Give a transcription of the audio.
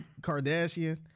Kardashian